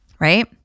right